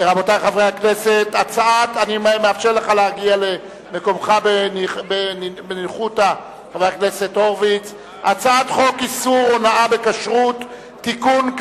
הצעת חוק איסור הונאה בכשרות (תיקון,